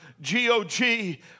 G-O-G